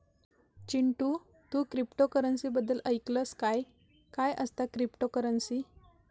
चिंटू, तू क्रिप्टोकरंसी बद्दल ऐकलंस काय, काय असता क्रिप्टोकरंसी?